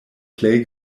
plej